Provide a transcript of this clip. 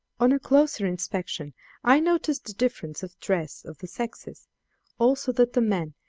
on a closer inspection i noticed the difference of dress of the sexes also that the men,